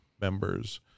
members